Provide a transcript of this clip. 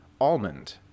Almond